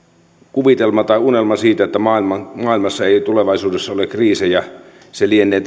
kuvitelma tai unelma siitä että maailmassa ei tulevaisuudessa ole kriisejä lienee